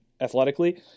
athletically